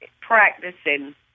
practicing